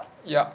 yup